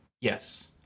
Yes